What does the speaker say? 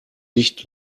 nicht